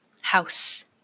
house